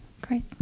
great